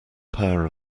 power